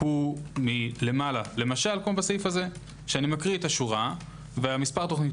הוא מלמעלה כמו בסעיף הזה שאני מקריא את השורה ומספר תוכנית